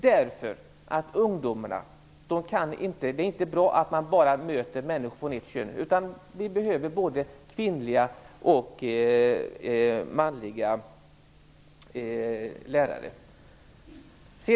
Det är inte bra att ungdomarna bara möter det ena könet, utan vi behöver både kvinnliga och manliga lärare.